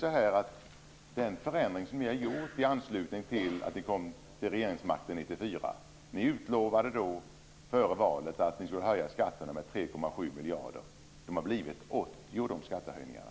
Före valet 1994 utlovade ni att ni skulle höja skatterna med 3,7 miljarder. Det har blivit 80 miljarder i skattehöjningar.